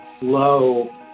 low